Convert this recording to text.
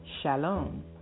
Shalom